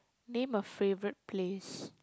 name a favorite place